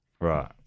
Right